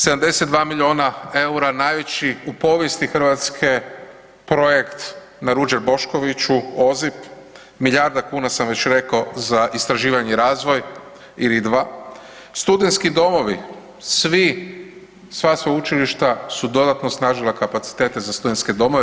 72 miliona EUR-a najveći u povijesti Hrvatske projekt na Ruđer Boškoviću OZIP, milijarda kuna sam već rekao za istraživanje i razvoj IRI 2. Studentski domovi, svi, sva sveučilišta su dodatno osnažila kapacitete za studentske domove.